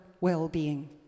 well-being